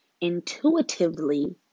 intuitively